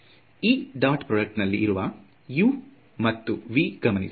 ಈ dot product ನಲ್ಲಿ ಇರುವ u ಮತ್ತು v ಗಮನಿಸಿ